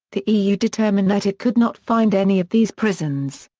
the eu determined that it could not find any of these prisons.